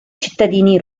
cittadini